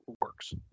works